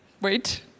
Wait